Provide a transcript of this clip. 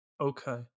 Okay